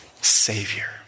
savior